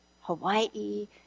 hawaii